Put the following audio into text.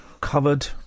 Covered